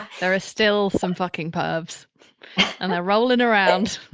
there are still some fucking pervs and they're rolling around